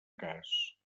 cas